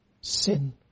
sin